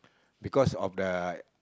because of the